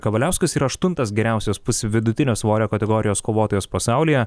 kavaliauskas yra aštuntas geriausias pusvidutinio svorio kategorijos kovotojas pasaulyje